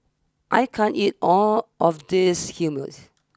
I can't eat all of this Hummus